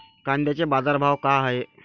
कांद्याचे बाजार भाव का हाये?